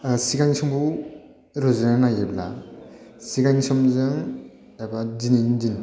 सिगां समाव रुजुनानै नायोब्ला सिगांनि समजों एबा दिनैनि दिन